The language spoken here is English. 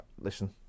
Listen